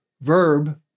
verb